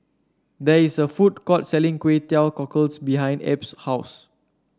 there is a food court selling Kway Teow Cockles behind Ebb's house